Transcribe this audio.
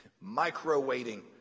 micro-waiting